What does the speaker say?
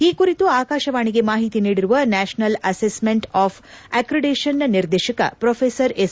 ಈ ಕುರಿತು ಆಕಾಶವಾಣಿಗೆ ಮಾಹಿತಿ ನೀದಿರುವ national assessment of accreditation ನ ನಿರ್ದೇಶಕ ಪ್ರೊಪೆಸರ್ ಎಸ್